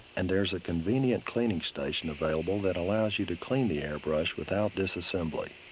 and there's a convenient cleaning station available that allows you to clean the airbrush without disassembly.